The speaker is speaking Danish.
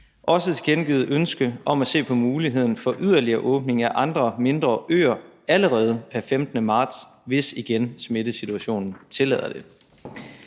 tilkendegivet et ønske om at se på mulighederne for yderligere åbning af andre mindre øer allerede pr. 15. marts, hvis – igen – smittesituationen tillader det.